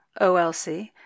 OLC